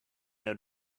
out